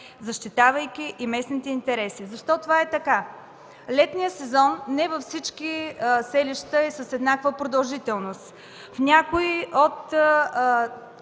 защитавайки и местните интереси. Защо това е така? Летният сезон не във всички селища е с еднаква продължителност. В някои от